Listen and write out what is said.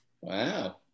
Wow